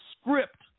script